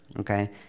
okay